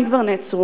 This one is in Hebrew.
אם כבר נעצרו.